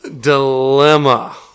Dilemma